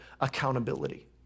accountability